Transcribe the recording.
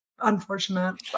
unfortunate